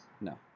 No